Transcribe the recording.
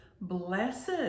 Blessed